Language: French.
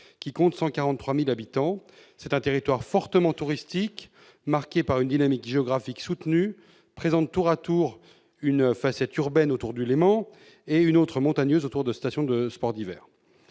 qui compte 143 000 habitants. Ce territoire, fortement touristique, marqué par une dynamique démographique soutenue, présente une facette urbaine, autour du Léman, et une autre montagneuse, avec les stations de sports d'hiver.